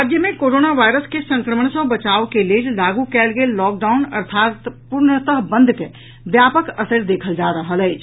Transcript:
राज्य मे corona virus के संक्रमण सँ बचाव के लेल लागू कयल गेल लॉकडाउन अर्थात पूर्णतः बंद के व्यापक असरि देखल जा रहल अछि